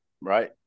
right